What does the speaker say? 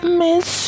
miss